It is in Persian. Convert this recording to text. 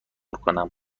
کنم